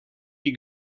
die